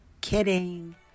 Kidding